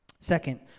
Second